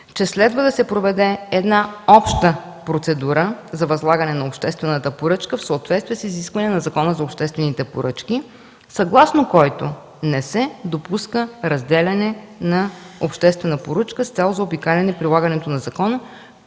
че следва да се проведе обща процедура за възлагане на обществената поръчка в съответствие с изискванията на Закона за обществените поръчки, съгласно който не се допуска разделяне на обществена поръчка с цел заобикаляне прилагането на закона,